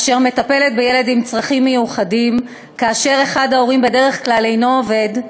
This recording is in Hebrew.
במשפחה אשר מטפלת בילד עם צרכים מיוחדים אחד ההורים בדרך כלל אינו עובד,